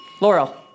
Laurel